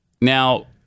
Now